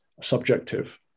subjective